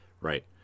right